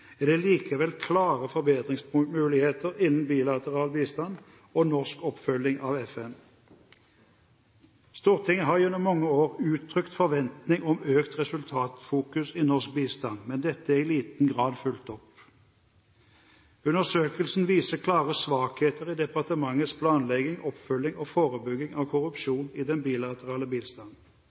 er det likevel klare forbedringsmuligheter innen bilateral bistand og norsk oppfølging av FN». Stortinget har gjennom mange år uttrykt forventning om økt resultatfokus i norsk bistand, men dette er i liten grad fulgt opp. Undersøkelsen viser klare svakheter i departementets planlegging, oppfølging og forebygging av korrupsjon i den bilaterale bistanden.